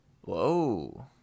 whoa